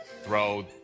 throw